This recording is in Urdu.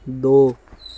دو